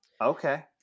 Okay